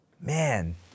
Man